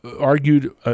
argued